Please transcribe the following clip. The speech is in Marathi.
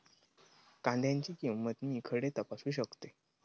कांद्याची किंमत मी खडे तपासू शकतय?